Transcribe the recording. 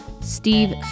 Steve